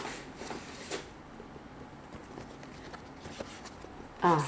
你你以前以前用过还是你 just 走过然后 just 进去那个店